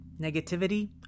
negativity